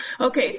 Okay